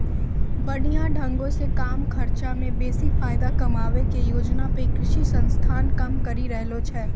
बढ़िया ढंगो से कम खर्चा मे बेसी फायदा कमाबै के योजना पे कृषि संस्थान काम करि रहलो छै